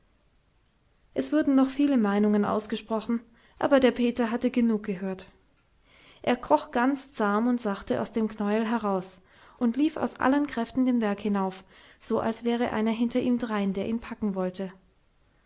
es wurden noch viele meinungen ausgesprochen aber der peter hatte genug gehört er kroch ganz zahm und sachte aus dem knäuel heraus und lief aus allen kräften den berg hinauf so als wäre einer hinter ihm drein der ihn packen wollte